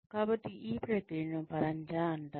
కాబట్టి ఈ ప్రక్రియను పరంజా అంటారు